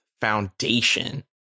foundation